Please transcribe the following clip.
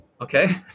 okay